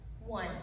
One